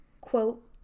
Quote